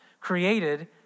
created